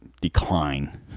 decline